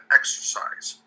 exercise